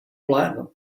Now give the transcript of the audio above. platinum